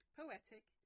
poetic